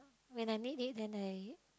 when I need it and I